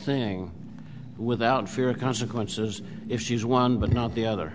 thing without fear of consequences if she's one but not the other